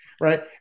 Right